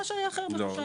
מאשר יאחר בחודשיים,